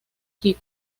hip